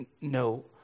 No